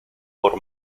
por